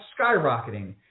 skyrocketing